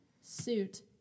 suit